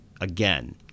again